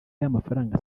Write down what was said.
y’amafaranga